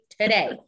today